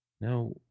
Now